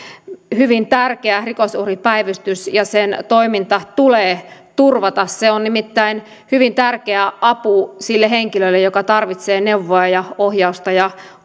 hyvin tärkeä rikosuhripäivystys ja sen toiminta tulee turvata se on nimittäin hyvin tärkeä apu sille henkilölle joka tarvitsee neuvoa ohjausta ja